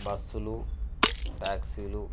బస్సులు ట్యాక్సీలు